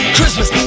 Christmas